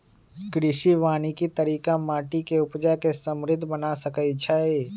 कृषि वानिकी तरिका माटि के उपजा के समृद्ध बना सकइछइ